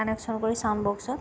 connection কৰি sound বক্সত